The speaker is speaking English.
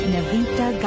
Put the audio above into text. Navita